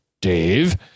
Dave